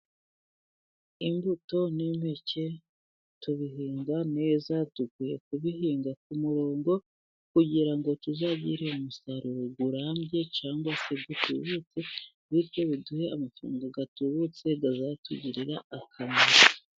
Imbuto n'impeke tubihinga neza, dukwiye kubihinga ku murongo kugira ngo tuzagire umusaruro urambye, cyangwa se utubutse, bityo biduhe amafaranga atubutse azatugirire akamaro.